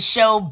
Show